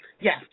Yes